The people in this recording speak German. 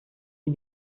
die